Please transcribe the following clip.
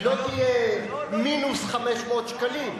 היא לא תהיה מינוס 500 שקלים.